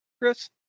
Chris